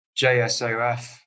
JSOF